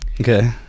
Okay